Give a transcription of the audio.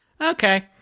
okay